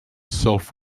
self